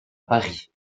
paris